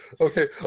Okay